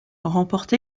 remporte